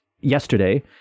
yesterday